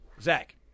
Zach